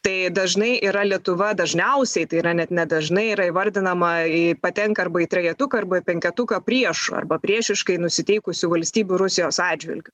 tai dažnai yra lietuva dažniausiai tai yra net ne dažnai yra įvardinama į patenka arba į trejetuką arba penketuką priešų arba priešiškai nusiteikusių valstybių rusijos atžvilgiu